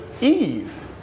Eve